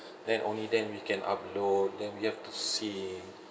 then only then we can upload then we have to save